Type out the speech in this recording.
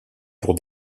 pour